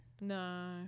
no